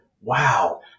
wow